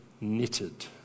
knitted